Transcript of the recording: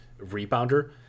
rebounder